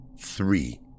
three